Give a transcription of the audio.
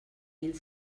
mil